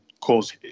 cause